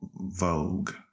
Vogue